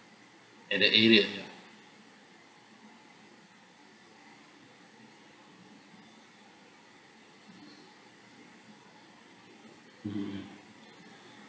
at the area ya mmhmm